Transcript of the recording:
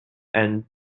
and